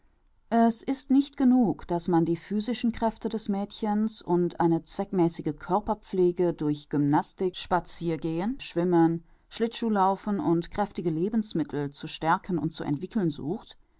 es ist nicht genug daß man die physischen kräfte des mädchens und eine zweckmäßige körperpflege durch gymnastik spaziergehen schwimmen schlittschuhlaufen und kräftige lebensmittel zu stärken und zu entwickeln sucht